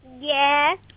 Yes